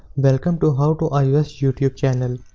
welcome to howto ios youtube channel.